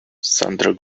thunder